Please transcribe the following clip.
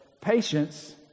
Patience